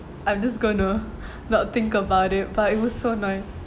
I'm just going to not think about it but it was so annoying